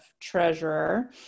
treasurer